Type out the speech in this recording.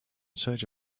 search